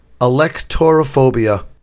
electorophobia